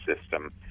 system